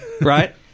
Right